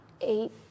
eight